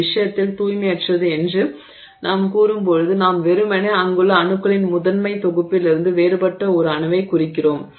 இந்த விஷயத்தில் தூய்மையற்றது என்று நாம் கூறும்போது நாம் வெறுமனே அங்குள்ள அணுக்களின் முதன்மைத் தொகுப்பிலிருந்து வேறுபட்ட ஒரு அணுவைக் குறிக்கிறோம்